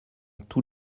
tous